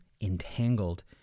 entangled